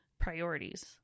priorities